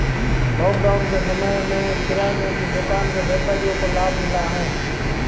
lockdown के समय में किराने की दुकान के व्यापारियों को लाभ मिला है